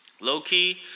low-key